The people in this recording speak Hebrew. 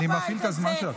אל תפריע לפני הזמן.